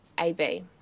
A-B